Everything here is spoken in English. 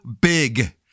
big